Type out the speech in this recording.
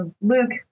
Luke